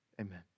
Amen